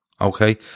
okay